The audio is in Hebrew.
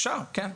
אפשר, כן.